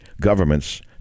governments